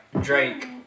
Drake